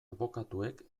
abokatuek